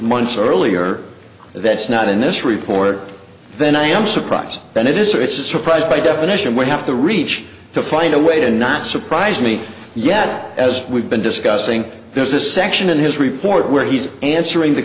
months earlier that's not in this report then i am surprised that it is so it's a surprise by definition would have to reach to find a way to not surprise me yet as we've been discussing there's a section in his report where he's answering the